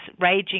raging